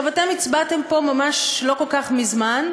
אתם הצבעתם פה ממש, לא כל כך מזמן,